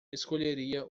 escolheria